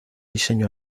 diseño